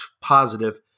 positive